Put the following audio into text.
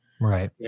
Right